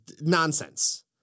nonsense